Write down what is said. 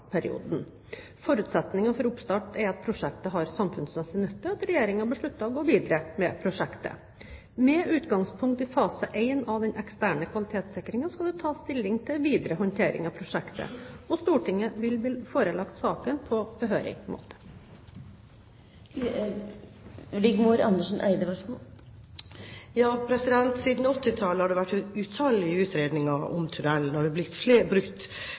for oppstart er at prosjektet har samfunnsmessig nytte, og at regjeringen beslutter å gå videre med prosjektet. Med utgangspunkt i fase 1 av den eksterne kvalitetssikringen skal det tas stilling til videre håndtering av prosjektet. Stortinget vil bli forelagt saken på behørig måte. Siden 1980-tallet har det vært utallige utredninger om tunnelen, og det er blitt brukt